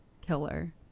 killer